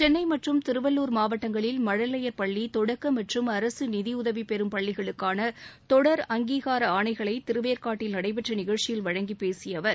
சென்னை மற்றும் திருவள்ளுர் மாவட்டங்களில் மழலையர் பள்ளி தொடக்க மற்றும் அரசு நிதியுதவி பெறும் பள்ளிகளுக்கான தொடர் அங்கீகார ஆணைகளை திருவேற்காட்டில் நடைபெற்ற நிகழ்ச்சியில் வழங்கி பேசிய அவர்